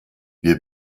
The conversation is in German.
wir